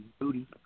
Booty